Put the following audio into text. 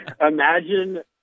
Imagine